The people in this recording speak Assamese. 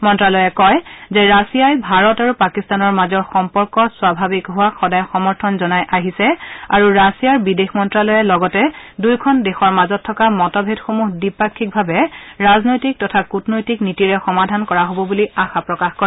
মন্ত্যালয়ে কয় যে ৰাছিয়াই ভাৰত আৰু পাকিস্তানৰ মাজৰ সম্পৰ্ক স্বাভাৱিক হোৱাক সদায় সমৰ্থন জনাই আহিছে আৰু ৰাছিয়াৰ বিদেশ মন্ত্যালয়ে লগতে দুয়োখন দেশৰ মাজত থকা মতভেদ সমূহ দ্বিপাক্ষিকভাৱে ৰাজনৈতিক তথা কূটনৈতিক নীতিৰে সমাধান কৰা হ'ব বুলি আশা প্ৰকাশ কৰে